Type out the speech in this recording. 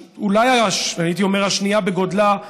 הייתי אומר השנייה בגודלה,